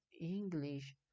English